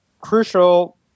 Crucial